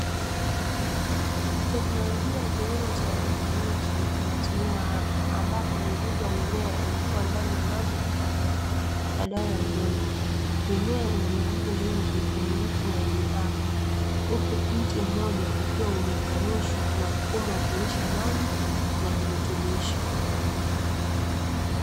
Tekinolojia ya kilimo cha haidroponiki inatumiwa hapa, ambapo mizizi ya mimea imewekwa ndani ya maji na mbolea badala ya udongo, mimea ina mizizi mingi na mirefu na yenye afya. Mti mmoja ukiwa umeunganishwa na mfumo wa kulisha maji na virutubisho.